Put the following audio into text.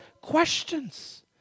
questions